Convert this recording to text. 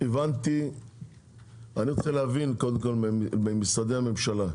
אני רוצה לדעת ולהבין ממשרדי הממשלה,